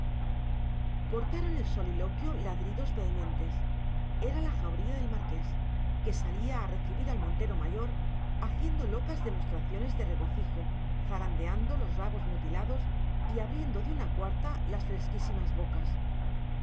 cortaron el soliloquio ladridos vehementes era la jauría del marqués que salía a recibir al montero mayor haciendo locas demostraciones de regocijo zarandeando los rabos mutilados y abriendo de una cuarta las fresquísimas bocas